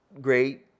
great